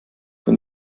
für